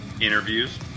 interviews